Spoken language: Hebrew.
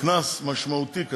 קנס כספי משמעותי.